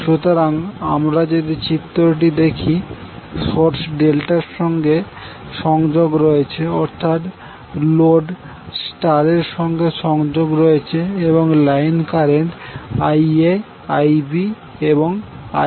সুতরাং আমরা যদি চিত্রটি দেখি সোর্স ডেল্টার সঙ্গে সংযোগ রয়েছে অর্থাৎ লোড স্টার এর সঙ্গে সংযোগ রয়েছে এবং লাইন কারেন্ট হল Ia Ib এবংIc